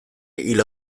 hil